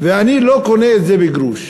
ואני לא קונה את זה בגרוש.